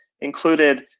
included